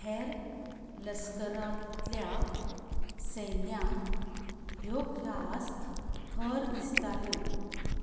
हेर लश्करांतल्या सैन्यांक ह्यो ख्यास्त खर दिसताल्यो